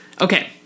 Okay